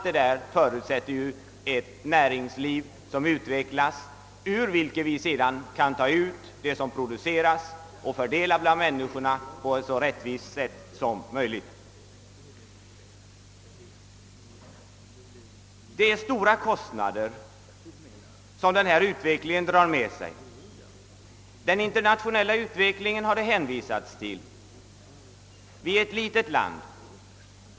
Detta förutsätter ett näringsliv som utvecklas och ur vilket vi kan ta ut det som produceras och fördela det bland människorna på ett så rättvist sätt som möjligt. Denna utveckling drar med sig stora kostnader. Den internationella utvecklingen har det hänvisats till. Sverige är ett litet land.